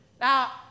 Now